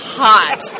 hot